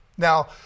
Now